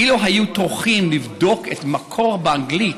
אילו היו טורחים לבדוק את המקור באנגלית,